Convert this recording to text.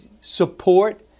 support